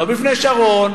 לא בפני שרון,